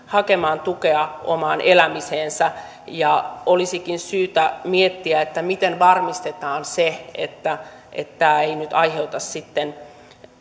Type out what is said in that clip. hakemaan tukea omaan elämiseensä olisikin syytä miettiä miten varmistetaan se että tämä ei nyt aiheuta